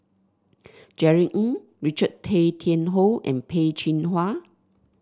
Jerry Ng Richard Tay Tian Hoe and Peh Chin Hua